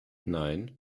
nein